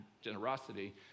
generosity